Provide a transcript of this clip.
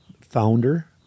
founder